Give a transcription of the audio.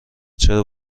چرا